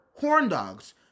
horndogs